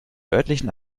örtlichen